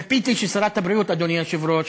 ציפיתי ששרת הבריאות, אדוני היושב-ראש,